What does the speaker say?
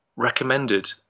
recommended